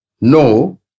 No